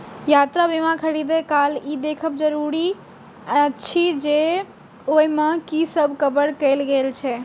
यात्रा बीमा खरीदै काल ई देखब जरूरी अछि जे ओइ मे की सब कवर कैल गेल छै